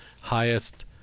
highest